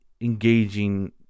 engaging